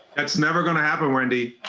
that's never gonna happen, wendy,